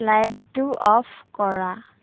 লাইটটো অফ কৰা